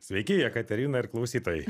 sveiki jekaterina ir klausytojai